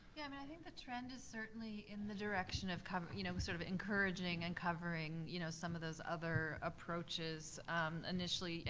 yeah, i mean i think the trend is certainly in the direction of kind of you know sort of encouraging and covering you know some of those other approaches initially. and